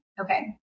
Okay